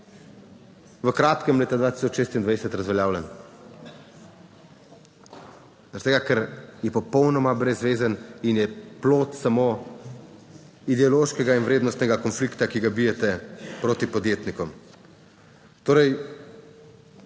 v kratkem, leta 2026, razveljavljen zaradi tega, ker je popolnoma brezvezen in je plod samo ideološkega in vrednostnega konflikta, ki ga bijete proti podjetnikom.